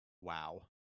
wow